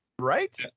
right